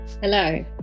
Hello